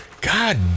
God